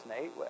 Nate